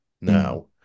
now